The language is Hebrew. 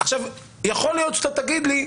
עכשיו יכול להיות שאתה תגיד לי,